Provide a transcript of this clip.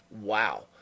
Wow